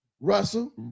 Russell